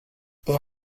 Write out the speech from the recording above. ihr